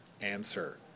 Answer